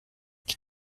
ich